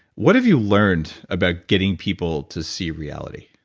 what have you learned about getting people to see reality?